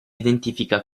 identifica